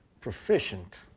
proficient